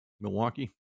Milwaukee